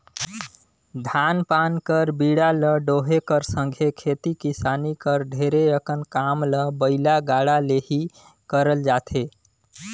धान पान कर बीड़ा ल डोहे कर संघे खेती किसानी कर ढेरे अकन काम ल बइला गाड़ा ले ही करल जाथे